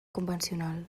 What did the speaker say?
convencional